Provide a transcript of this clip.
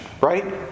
right